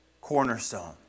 cornerstone